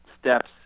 steps